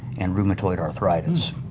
and rheumatoid arthritis.